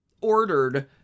ordered